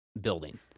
building